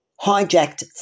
hijacked